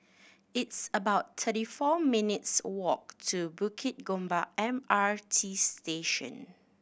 it's about thirty four minutes walk to Bukit Gombak M R T Station